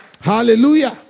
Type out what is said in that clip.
Hallelujah